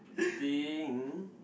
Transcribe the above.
think